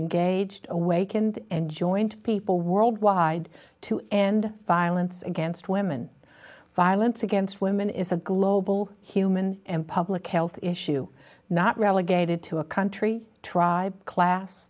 engaged awakened and joined people worldwide to end violence against women violence against women is a global human and public health issue not relegated to a country tribe class